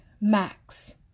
Max